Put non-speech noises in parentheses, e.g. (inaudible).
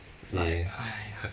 !yay! (laughs)